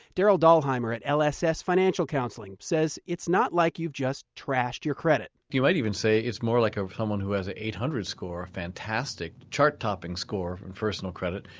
darryl dahlheimer at lss financial counseling says it's not like you've trashed your credit you might even say it's more like ah someone who has eight hundred score, a fantastic, chart-topping score in personal credit,